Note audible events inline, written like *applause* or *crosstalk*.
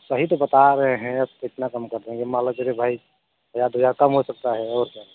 सही तो बता रहे हैं कितना कम कर देंगे मान लो *unintelligible* हज़ार दो हज़ार कम हो सकता है और क्या